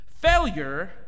Failure